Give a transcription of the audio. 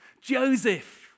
Joseph